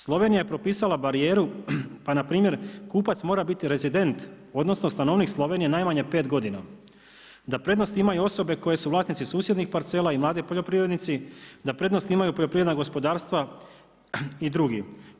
Slovenija je propisala barijeru pa npr. kupac mora biti rezident odnosno stanovnik Slovenije najmanje pet godina, da prednost imaju osobe koje su vlasnici susjednih parcela i mladi poljoprivrednici, da prednost imaju poljoprivredna gospodarstva i drugi.